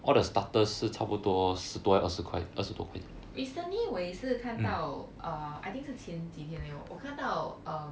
recently 我也是看到 uh I think 是前几天而已我看到 uh